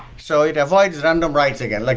so it avoids random writes again. like